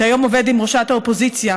שהיום עובד עם ראשת האופוזיציה.